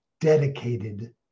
dedicated